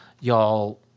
y'all